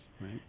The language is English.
Right